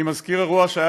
אני מזכיר אירוע שהיה